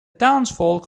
townsfolk